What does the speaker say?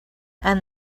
and